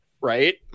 right